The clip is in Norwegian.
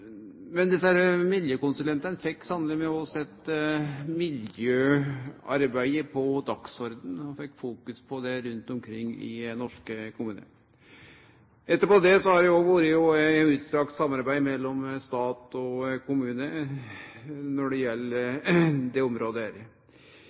Men desse miljøkonsulentane fekk sanneleg òg sett miljøarbeidet på dagsordenen, og fekk fokusert på det rundt om i norske kommunar. Etter det har det òg vore eit utstrakt samarbeid mellom stat og kommune